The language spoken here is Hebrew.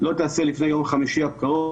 לא תיעשה לפני יום חמישי הקרוב,